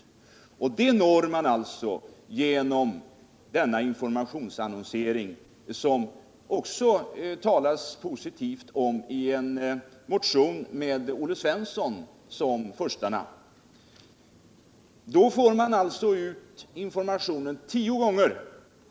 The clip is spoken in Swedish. Detta når man genom denna informationsannonsering, som det också talas positivt om i en motion med Olle Svensson som första namn.